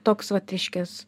toks vat reiškias